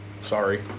Sorry